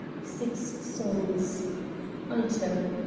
six sols item,